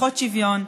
פחות שוויון,